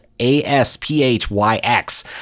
A-S-P-H-Y-X